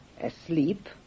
asleep